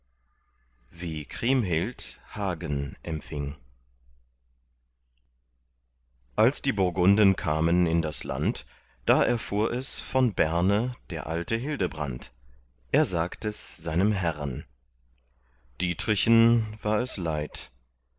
wie kriemhild hagen empfing als die burgunden kamen in das land da erfuhr es von berne der alte hildebrand er sagt es seinem herren dietrichen war es leid